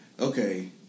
Okay